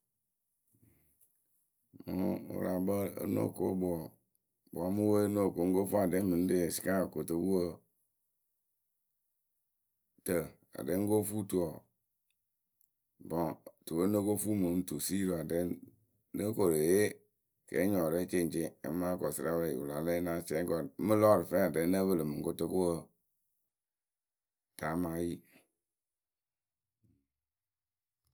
Mɨ wɨraakpǝ nóh ko kpɨ wǝ wǝ́ mɨ we noh ko ŋ ko fuu aɖɛ mɨ ŋ re sɩkayǝ kotokuwǝ tǝ aɖɛ ŋ́ ko fuu tuwǝ bɔŋ tuwǝ we ŋ́ no ko fuu mɨŋ tusiiriwǝ aɖɛ ŋ́ nóo koru eye kɛɛnyɔŋyǝ rɛ ceŋceŋ amaa kɔsɩrapǝ wɨ la lɛ náa sɩɛ kɔ mɨ lɔɔrǝ fɛɛ aɖɛ ŋ́ nǝ pɨlɨ kotukuwǝ tǝ amaa yi.